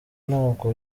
ntabwo